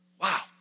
Wow